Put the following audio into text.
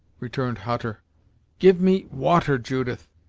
returned hutter give me water, judith.